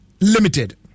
Limited